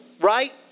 right